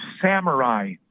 samurai